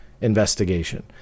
investigation